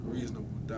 Reasonable